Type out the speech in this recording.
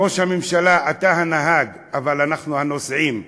ראש הממשלה, אתה הנהג, אבל אנחנו הנוסעים.